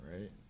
right